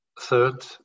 Third